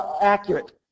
accurate